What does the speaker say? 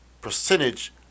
percentage